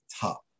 top